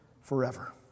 forever